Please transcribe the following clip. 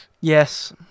yes